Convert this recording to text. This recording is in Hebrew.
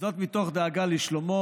וזאת מתוך דאגה לשלומו,